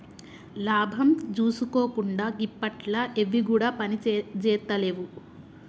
లాభం జూసుకోకుండ గిప్పట్ల ఎవ్విగుడ పనిజేత్తలేవు